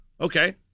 Okay